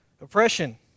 oppression